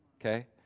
okay